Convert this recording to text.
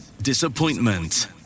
disappointment